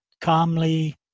calmly